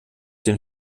den